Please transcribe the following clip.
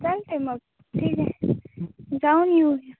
चालतं आहे मग ठीक आहे जाऊन येऊया